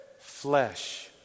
flesh